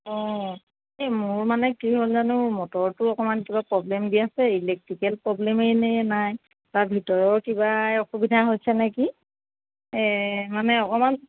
অঁ এই মোৰ মানে কি হ'ল জানোঁ মটৰটো অকণমান কিবা প্ৰবলেম দি আছে ইলেক্ট্ৰিকেল প্ৰবলেমেই নে নাই তাৰ ভিতৰৰ কিবাই অসুবিধাই হৈছে নেকি এই মানে অকণমান